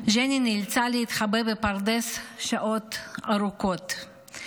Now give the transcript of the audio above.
ג'ני נאלצה להתחבא בפרדס שעות ארוכות,